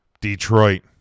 Detroit